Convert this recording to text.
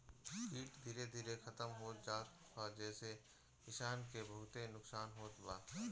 कीट धीरे धीरे खतम होत जात ह जेसे किसान के बहुते नुकसान होत बा